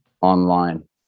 online